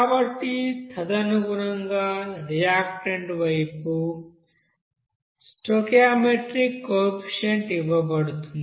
కాబట్టి తదనుగుణంగా రియాక్టెంట్ వైపు స్టోయికియోమెట్రిక్ కోఎఫిసిఎంట్ ఇవ్వబడుతుంది